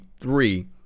three